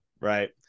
Right